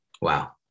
Wow